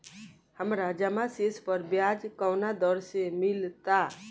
हमार जमा शेष पर ब्याज कवना दर से मिल ता?